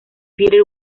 peter